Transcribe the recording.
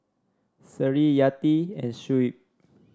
Seri Yati and Shuib